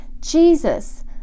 Jesus